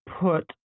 put